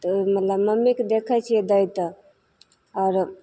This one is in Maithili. तऽ ओहिमे मम्मीके देखैत छियै दै तऽ आओरो